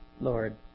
Lord